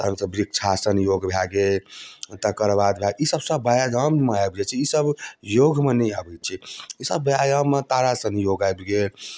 तहन से वृक्षासन योग भऽ गेल तकर बाद भऽ ईसब सब व्यायाममे आबि जाइ छै ईसब योगमे नहि आबै छै ई सब व्यायाममे तारासन योग आबि गेल